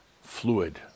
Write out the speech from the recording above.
fluid